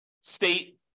state